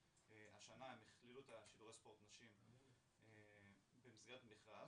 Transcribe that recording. השנה הם הכלילו את שידורי ספורט נשים במסגרת המכרז,